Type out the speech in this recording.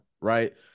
Right